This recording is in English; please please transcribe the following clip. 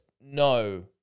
no